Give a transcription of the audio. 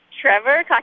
Trevor